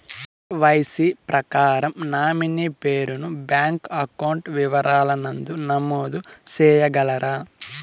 KYC ప్రకారం nominee పేరు ను బ్యాంకు అకౌంట్ వివరాల నందు నమోదు సేయగలరా?